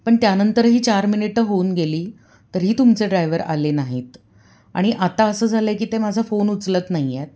पण त्यानंतरही चार मिनिटं होऊन गेली तरीही तुमचे ड्रायव्हर आले नाहीत आणि आता असं झालं आहे की ते माझा फोन उचलत नाही आहेत